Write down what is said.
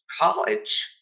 college